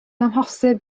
amhosib